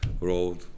road